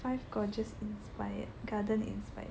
five gorgeous inspired garden inspired